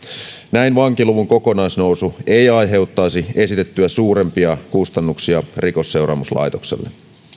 näin vankiluvun kokonaisnousu ei aiheuttaisi esitettyä suurempia kustannuksia rikosseuraamuslaitokselle